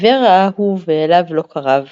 עור ראהו ואליו לא קרב,